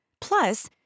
Plus